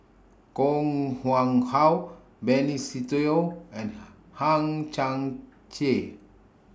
Koh Nguang How Benny Se Teo and Hang Chang Chieh